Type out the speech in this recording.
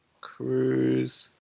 cruise